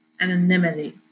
Anonymity